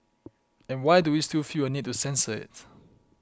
and why do we still feel a need to censor it